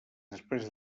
després